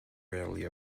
rarely